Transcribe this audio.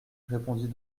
répondit